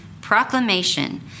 proclamation